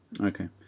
Okay